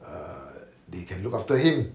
err they can look after him